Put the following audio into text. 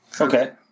Okay